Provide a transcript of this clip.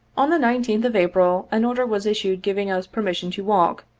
on the nineteenth of april an order was issued giving us per mission to walk,